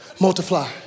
Multiply